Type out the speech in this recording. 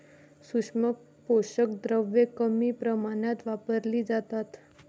सूक्ष्म पोषक द्रव्ये कमी प्रमाणात वापरली जातात